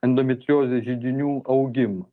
endometriozės židinių augimą